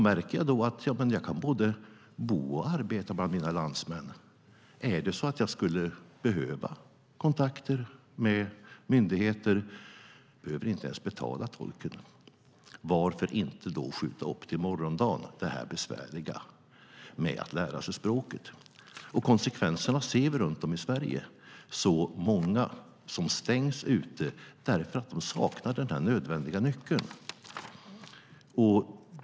Märker jag då att jag både kan bo och arbeta bland mina landsmän och att jag inte ens behöver betala för tolken om jag skulle behöva komma i kontakt med myndigheter - varför då inte skjuta upp det här besvärliga med att lära sig språket till morgondagen? Konsekvenserna ser vi runt om i Sverige. Många stängs ute därför att de saknar den här nödvändiga nyckeln.